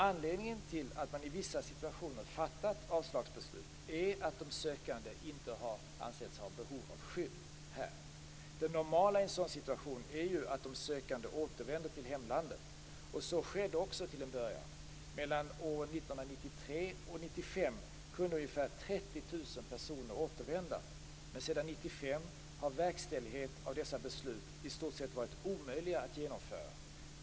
Anledningen till att man i vissa situationer fattat avslagsbeslut är att de sökande inte har ansetts vara i behov av skydd här. Det normala i en sådan situation är att de sökande återvänder till hemlandet. Så skedde också till en början. Mellan åren 1993 och 1995 kunde ca 30 000 personer återvända, men sedan 1995 har verkställighet av avvisnings och utvisningsbeslut i stort sett varit omöjliga att genomföra.